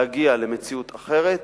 להגיע למציאות אחרת,